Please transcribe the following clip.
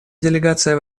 делегация